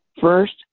First